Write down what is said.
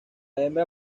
hembra